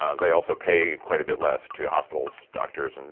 ah they also pay quite a bit less to hospitals, doctors, and